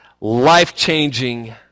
life-changing